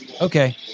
Okay